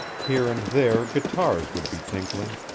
here and there guitars would be tinkling,